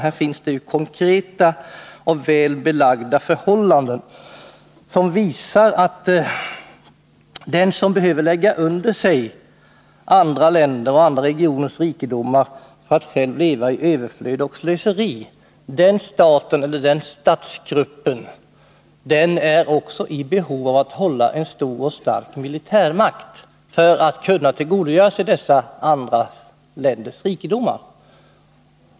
Här finns det ju konkreta och väl belagda förhållanden som visar att den stat eller den statsgrupp som behöver lägga under sig andra länder och andra regioners rikedomar för att själv leva i överflöd och slöseri också är i behov av att hålla en stor och stark militärmakt för att kunna tillgodogöra sig dessa andra länders rikedomar.